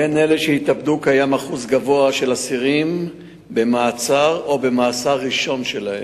בין אלה שהתאבדו קיים אחוז גבוה של אסירים במעצר או במאסר ראשון שלהם.